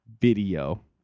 video